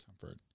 comfort